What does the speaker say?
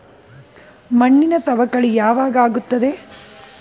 ಮಣ್ಣಿನ ಸವಕಳಿ ಯಾವಾಗ ಆಗುತ್ತದೆ?